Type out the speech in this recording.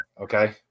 okay